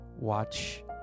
watch